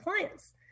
clients